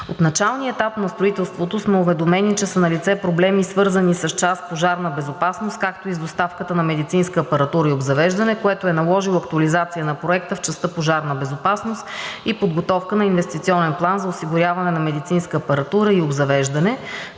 От началния етап на строителството сме уведомени, че са налице проблеми, свързани с част „Пожарна безопасност“, както и с доставката на медицинска апаратура и обзавеждане, което е наложило актуализация на Проекта в частта „Пожарна безопасност“ и подготовка на инвестиционен план за осигуряване на медицинска апаратура и обзавеждане.